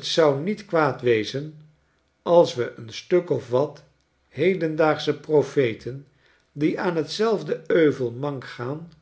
t zou niet kwaad wezen als we een stuk of wat hedendaagsche profeten die aan tzelfde euvelmank gaan